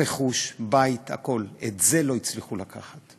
רכוש, בית, הכול, את זה לא הצליחו לקחת.